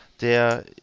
der